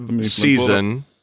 season